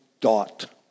dot